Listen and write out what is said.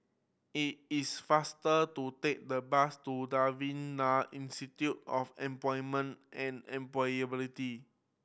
it is faster to take the bus to Devan Nair Institute of Employment and Employability